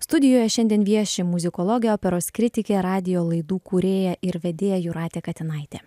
studijoje šiandien vieši muzikologė operos kritikė radijo laidų kūrėja ir vedėja jūratė katinaitė